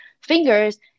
fingers